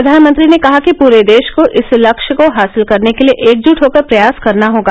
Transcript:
प्रधानमंत्री ने कहा कि पूरे देश को इस लक्ष्य को हासिल करने के लिए एकजुट होकर प्रयास करना होगा